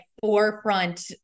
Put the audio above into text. forefront